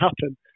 happen